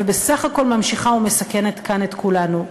ובסך הכול ממשיכה ומסכנת את כולנו כאן.